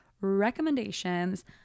recommendations